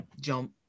jump